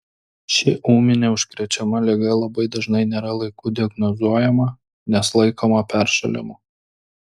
ši ūminė užkrečiama liga labai dažnai nėra laiku diagnozuojama nes laikoma peršalimu